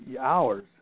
hours